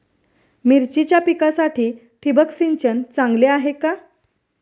मिरचीच्या पिकासाठी ठिबक सिंचन चांगले आहे का?